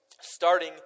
starting